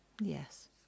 Yes